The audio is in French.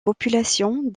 populations